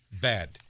bad